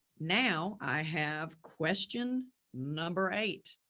now i have question number eight,